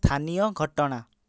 ସ୍ଥାନୀୟ ଘଟଣା